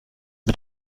mit